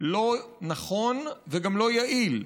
לא נכון וגם לא יעיל.